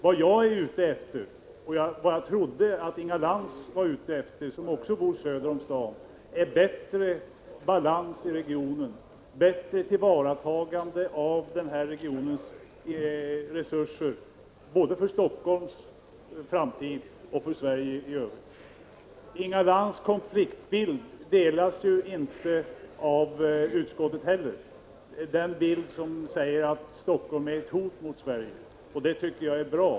Det jag är ute efter — och det trodde jag att också Inga Lantz, som även hon bor söder om stan, var ute efter — är bättre balans i regionen, bättre tillvaratagande av regionens resurser med tanke på framtiden i både Stockholm och landet i övrigt. Inga Lantz uppfattning om konfliktbilden delas inte heller av utskottet — hon menar att Stockholm är ett hot mot Sverige.